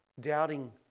Doubting